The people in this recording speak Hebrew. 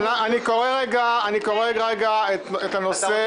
אני קורא את הנושא.